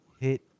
hit